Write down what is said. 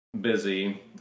busy